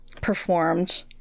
performed